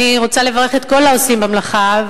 אני רוצה לברך את כל העושים במלאכה,